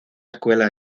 escuela